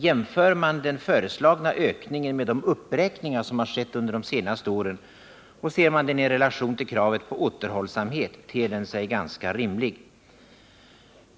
Jämför man den föreslagna ökningen med de uppräkningar som skett under de senaste åren och ser man den i relation till kravet på återhållsamhet, ter den sig ganska rimlig.